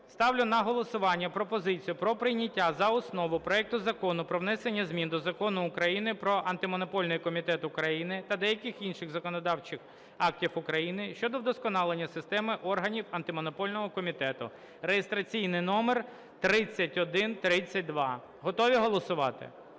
ставлю на голосування пропозицію про прийняття за основу проекту Закону про внесення змін до Закону України "Про Антимонопольний комітет України" та деяких інших законодавчих актів України щодо вдосконалення системи органів Антимонопольного комітету (реєстраційний номер 3132). Готові голосувати?